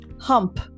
hump